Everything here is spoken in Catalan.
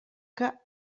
que